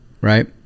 right